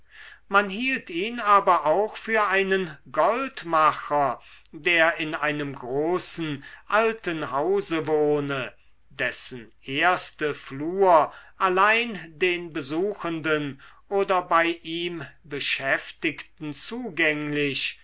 man hielt ihn aber auch für einen goldmacher der in einem großen alten hause wohne dessen erste flur allein den besuchenden oder bei ihm beschäftigten zugänglich